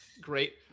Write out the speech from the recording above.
great